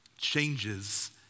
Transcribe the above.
changes